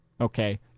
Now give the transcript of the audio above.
Okay